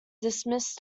dismissed